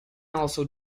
also